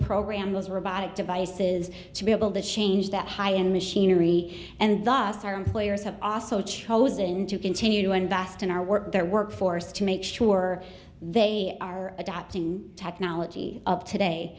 program those robotic devices to be able to change that high in machinery and thus our employers have also chosen to continue to invest in our work their workforce to make sure they are adopting technology of today